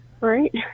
Right